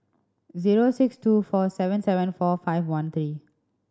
zero six two four seven seven four five one three